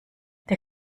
der